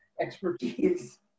expertise